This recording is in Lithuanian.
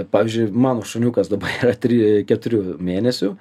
pavyzdžiui mano šuniukas dabar yra tri keturių mėnesių